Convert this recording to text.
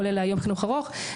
כולל יום חינוך ארוך,